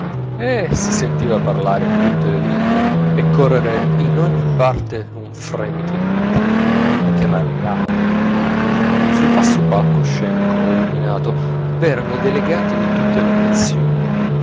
e si sentiva parlare tutte le lingue e correre in ogni parte un fremito di vita che rallegrava sul vasto palco scenico illuminato v'erano i delegati di tutte le nazioni